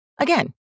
Again